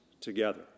together